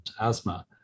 asthma